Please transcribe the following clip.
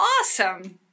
Awesome